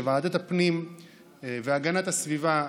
שוועדת הפנים והגנת הסביבה,